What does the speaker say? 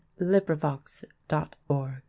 LibriVox.org